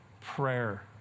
prayer